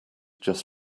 just